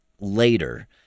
later